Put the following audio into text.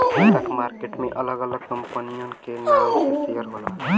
stock market में अलग अलग कंपनियन के नाम से शेयर होला